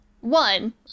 one